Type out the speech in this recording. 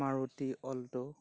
Maruti alto